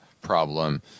problem